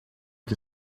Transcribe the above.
que